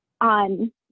on